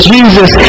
Jesus